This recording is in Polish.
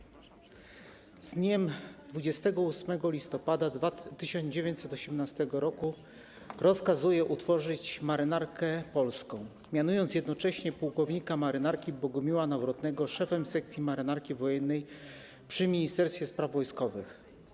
Z dniem 28 listopada 1918 roku rozkazuję utworzyć Marynarkę Wojenną, mianując jednocześnie pułkownika marynarki Bogumiła Nowotnego szefem Sekcji Marynarki Wojennej przy Ministerstwie Spraw Wojskowych.